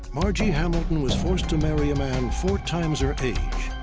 margie hamilton was forced to marry a man four times her age,